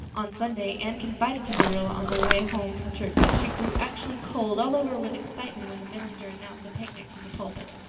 on sunday anne confided to marilla on the way home from church that she grew actually cold all over with excitement when the minister announced the picnic from the pulpit.